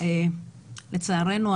לצערנו,